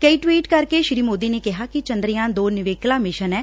ਕਈ ਟਵੀਟ ਕਰਕੇ ਕੇ ਸ੍ਰੀ ਮੋਦੀ ਨੇ ਕਿਹਾ ਕਿ ਚੰਦਰਯਾਮ ਦੋ ਨਿਵੇਕਲਾ ਮਿਸ਼ਨ ਏ